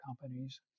companies